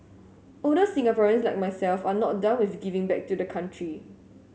older Singaporeans like myself are not done with giving back to the country